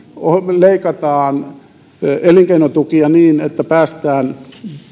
leikataan elinkeinotukia niin että päästään